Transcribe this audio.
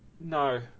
No